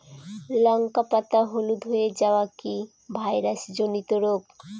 লঙ্কা পাতা হলুদ হয়ে যাওয়া কি ভাইরাস জনিত রোগ?